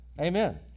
amen